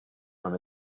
from